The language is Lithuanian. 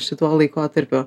šituo laikotarpiu